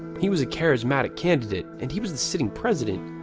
he was a charismatic candidate. and he was the sitting president.